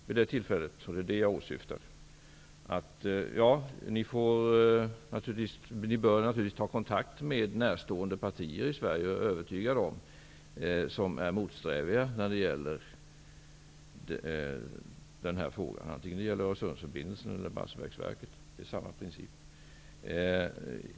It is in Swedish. Vid det tillfället sade jag, och det är det jag åsyftar: Ni bör naturligtvis ta kontakt med er närstående partier i Sverige och övertyga dem som är motsträviga när det gäller den här frågan, antingen det gäller Öresundsförbindelsen eller Barsebäcksverket. Det är samma princip.